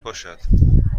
باشد